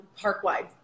park-wide